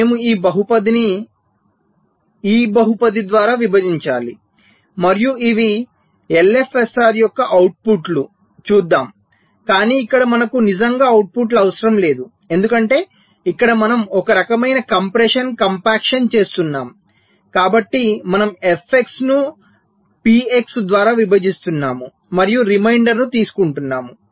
మేము ఈ బహుపదిని ఈ బహుపది ద్వారా విభజించాలి మరియు ఇవి LFSR యొక్క ఔట్పుట్ లు చూద్దాం కానీ ఇక్కడ మనకు నిజంగా ఔట్పుట్లు అవసరం లేదు ఎందుకంటే ఇక్కడ మనం ఒకరకమైన కంప్రెషన్ కంప్యాక్షన్ చేస్తున్నాము కాబట్టి మనము FX ను PX ద్వారా విభజిస్తున్నాము మరియు రిమైండర్ ను తీసుకుంటాము